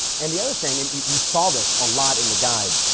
and the other thing, and we saw this a lot in the guide,